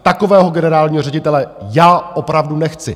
Takového generálního ředitele já opravdu nechci!